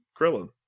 Krillin